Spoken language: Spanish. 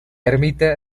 ermita